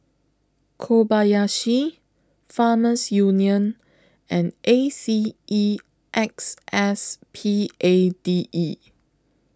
Kobayashi Farmers Union and A C E X S P A D E